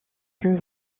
une